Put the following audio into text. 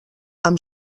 amb